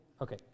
Okay